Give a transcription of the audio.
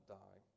die